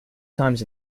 times